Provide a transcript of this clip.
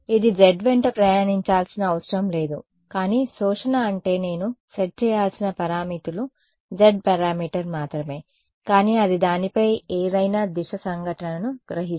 ఇది z వెంట ప్రయాణించాల్సిన అవసరం లేదు కానీ శోషణ అంటే నేను సెట్ చేయాల్సిన పారామితులు z పారామీటర్ మాత్రమే కానీ అది దానిపై ఏదైనా దిశ సంఘటనను గ్రహిస్తుంది